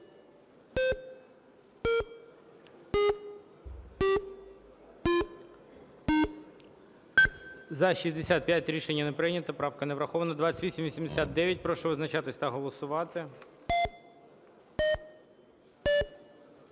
За-65 Рішення не прийнято. Правка не врахована. 2889. Прошу визначатися та голосувати.